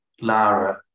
Lara